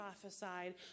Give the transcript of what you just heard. prophesied